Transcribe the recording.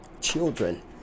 children